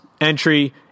entry